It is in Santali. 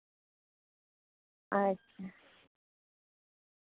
ᱟᱪᱪᱷᱟ